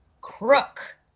crook